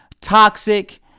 toxic